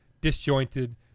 disjointed